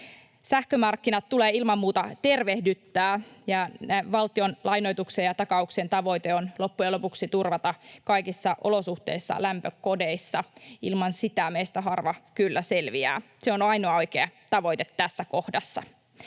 Sähkömarkkinat tulee ilman muuta tervehdyttää, ja valtion lainoituksen ja takauksen tavoite on loppujen lopuksi turvata kaikissa olosuhteissa lämpö kodeissa. Ilman sitä meistä harva kyllä selviää. Se on ainoa oikea tavoite tässä kohdassa.